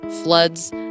floods